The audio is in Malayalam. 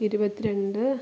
ഇരുപത്തി രണ്ട്